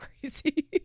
crazy